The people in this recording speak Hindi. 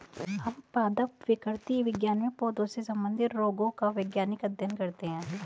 हम पादप विकृति विज्ञान में पौधों से संबंधित रोगों का वैज्ञानिक अध्ययन करते हैं